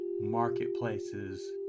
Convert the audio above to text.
marketplaces